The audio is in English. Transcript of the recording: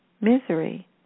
misery